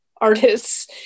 artists